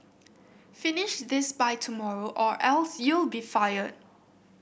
finish this by tomorrow or else you'll be fired